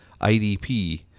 IDP